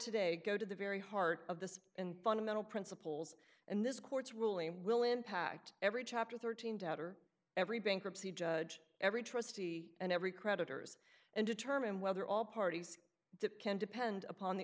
today go to the very heart of this and fundamental principles and this court's ruling will impact every chapter thirteen doubter every bankruptcy judge every trustee and every creditors and determine whether all parties can depend upon the